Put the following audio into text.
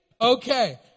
Okay